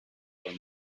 for